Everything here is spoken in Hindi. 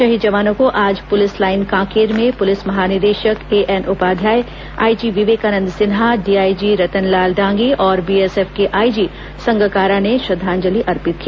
शहीद जवानों को आज पुलिस लाइन कांकेर में पुलिस महानिदेशक A N Upadhyay IG Vivekanand Sinha DIG Ratanlal Dangi और बीएसएफ के आईजी संगकारा ने श्रद्वांजलि अर्पित की